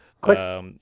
quick